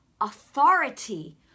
authority